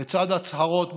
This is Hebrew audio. לצד הצהרות בבריטניה,